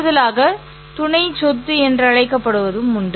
கூடுதலாக துணை சொத்து என்று அழைக்கப்படுவதும் உண்டு